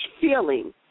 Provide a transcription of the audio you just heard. feeling